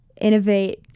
innovate